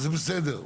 וזה בסדר,